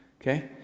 Okay